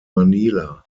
manila